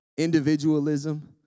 Individualism